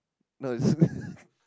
no it's